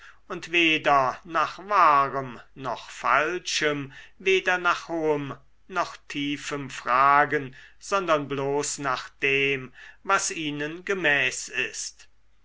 und weder nach wahrem noch falschem weder nach hohem noch tiefem fragen sondern bloß nach dem was ihnen gemäß ist